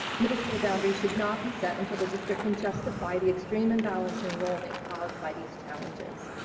middle school boundaries should not be set until the district can justify the extreme imbalance in enrollment caused by these challenges.